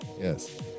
Yes